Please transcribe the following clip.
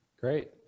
Great